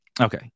okay